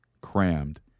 crammed